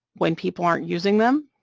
when people aren't using them,